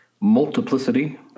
multiplicity